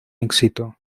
éxito